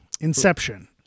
Inception